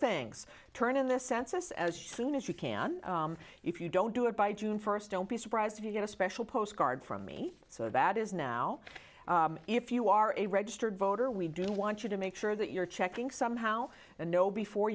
things turn in the census as soon as you can if you don't do it by june first don't be surprised if you get a special postcard from me so that is now if you are a registered voter we do want you to make sure that you're checking somehow and know before